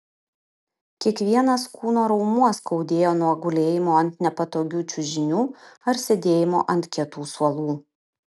kiekvienas kūno raumuo skaudėjo nuo gulėjimo ant nepatogių čiužinių ar sėdėjimo ant kietų suolų